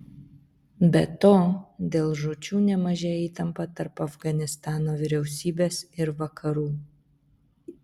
be to dėl žūčių nemažėja įtampa tarp afganistano vyriausybės ir vakarų